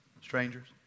strangers